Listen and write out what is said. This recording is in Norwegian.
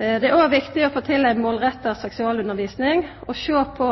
Det er òg viktig å få til ei målretta seksualundervisning, sjå på